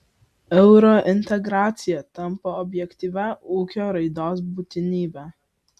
eurointegracija tampa objektyvia ūkio raidos būtinybe